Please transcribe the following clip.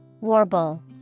Warble